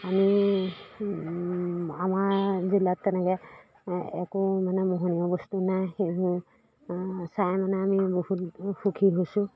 আমি আমাৰ জিলাত তেনেকৈ একো মানে মোহনীয়া বস্তু নাই সেইবোৰ চাই মানে আমি বহুত সুখী হৈছোঁ